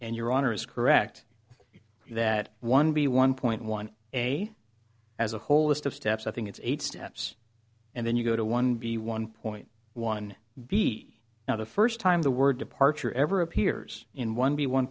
and your honor is correct that one be one point one a as a whole list of steps i think it's eight steps and then you go to one b one point one b now the first time the word departure ever appears in one b one